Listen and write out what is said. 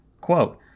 Quote